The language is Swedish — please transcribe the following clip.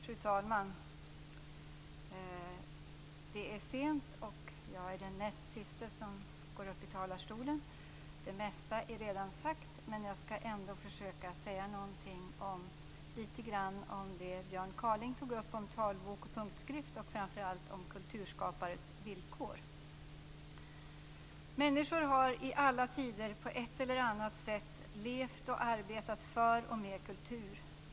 Fru talman! Det är sent, och jag är den näst sista som går upp i talarstolen i detta ärende. Det mesta är redan sagt, men jag skall ändå försöka säga lite grann om det Björn Kaaling tog upp om talbok och punktskrift och framför allt om kulturskapares villkor. Människor har i alla tider på ett eller annat sätt arbetat och levt för och med kultur.